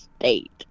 state